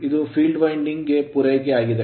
ಇದು field winding field winding ಗೆ ಪೂರೈಕೆಯಾಗಿದೆ